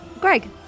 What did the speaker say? Greg